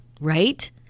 right